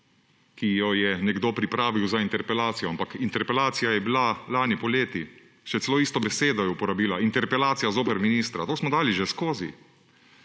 ki jo je nekdo pripravil za interpelacijo, ampak interpelacija je bila lani poleti. Še celo isto besedo je uporabila, »interpelacija zoper ministra«. To smo dali že skozi.